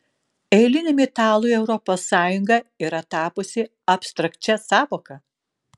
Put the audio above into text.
eiliniam italui europos sąjunga yra tapusi abstrakčia sąvoka